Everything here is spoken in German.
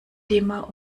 dimmer